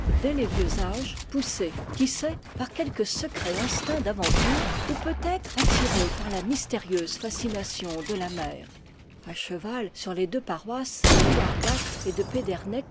dès les vieux âges poussé qui sait par quelque secret instinct d'aventure ou peut-être attiré par la mysté rieuse fascination de la mer a cheval sur les deux paroisses de louargat et de